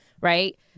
right